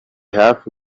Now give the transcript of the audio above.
hafi